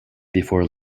before